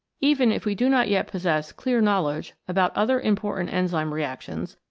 even if we do not yet possess clear knowledge about other important enzyme re actions,